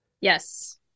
Yes